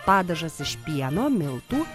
padažas iš pieno miltų